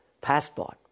passport